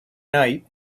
night